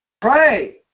Pray